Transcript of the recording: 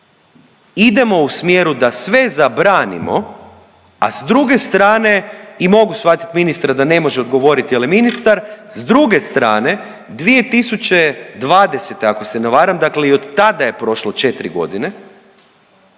idemo u smjeru da sve zabranimo, a s druge strane i mogu shvatit ministra da ne može odgovoriti jer je ministar. S druge strane 2020. ako se ne varam, dakle i od tada je prošlo 4 godine